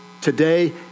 today